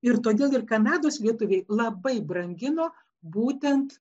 ir todėl ir kanados lietuviai labai brangino būtent